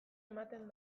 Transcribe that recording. ematen